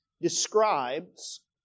describes